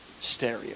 stereo